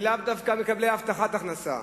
ולאו דווקא מקבלי הבטחת הכנסה,